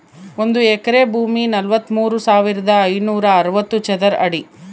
ಒಂದು ಎಕರೆ ಭೂಮಿ ನಲವತ್ಮೂರು ಸಾವಿರದ ಐನೂರ ಅರವತ್ತು ಚದರ ಅಡಿ